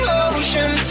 ocean